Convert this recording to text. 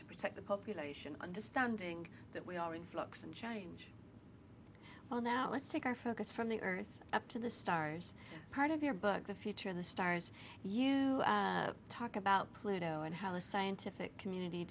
to protect the population understanding that we are in flux and change well now let's take our focus from the earth up to the stars part of your book the future in the stars you talk about pluto and how the scientific community